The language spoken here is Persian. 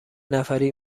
نفری